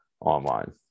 online